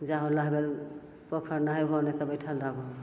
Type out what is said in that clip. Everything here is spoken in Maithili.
जाहो नहबै पोखरि नहैबहो नहि तऽ बैठल रहबहो